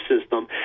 system